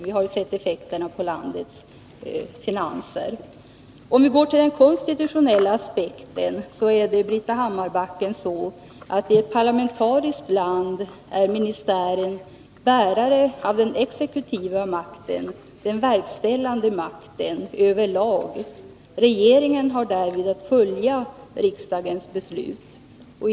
Vi har sett följderna härav på landets finanser. Om vi går till den konstitutionella aspekten är det, Britta Hammarbacken, så att i ett parlamentariskt land är ministären bärare av den exekutiva makten, den verkställande makten över huvud taget. Regeringen har därvid att följa riksdagens beslut.